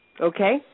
Okay